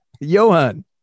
johan